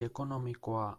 ekonomikoa